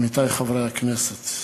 עמיתי חברי הכנסת,